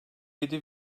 yedi